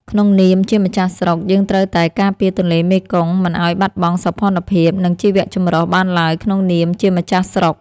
ក្នុងនាមជាម្ចាស់ស្រុក យើងត្រូវតែការពារទន្លេមេគង្គមិនឱ្យបាត់បង់សោភ័ណភាព និងជីវចម្រុះបានឡើយក្នុងនាមជាម្ចាស់ស្រុក។